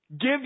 give